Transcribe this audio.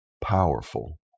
powerful